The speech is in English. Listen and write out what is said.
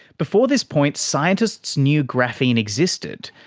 before this point, scientists knew graphene existed,